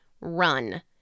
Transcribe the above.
run